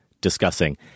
discussing